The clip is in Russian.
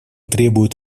требует